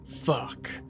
fuck